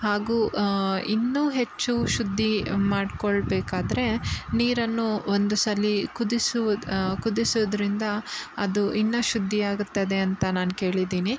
ಹಾಗೂ ಇನ್ನೂ ಹೆಚ್ಚು ಶುದ್ಧಿ ಮಾಡಿಕೊಳ್ಬೇಕಾದ್ರೆ ನೀರನ್ನು ಒಂದು ಸಲ ಕುದಿಸುವುದು ಕುದಿಸೋದ್ರಿಂದ ಅದು ಇನ್ನೂ ಶುದ್ಧಿಯಾಗುತ್ತದೆ ಅಂತ ನಾನು ಕೇಳಿದೀನಿ